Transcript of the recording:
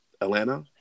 Atlanta